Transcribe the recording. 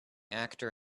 actor